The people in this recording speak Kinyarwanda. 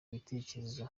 ibitekerezo